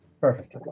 Perfect